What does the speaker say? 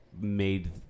made